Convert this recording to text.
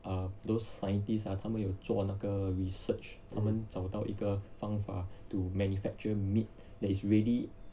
uh those scientists ah 他们有做那个 research 他们找到一个方法 to manufacture meat that is ready